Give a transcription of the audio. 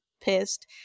pissed